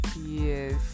yes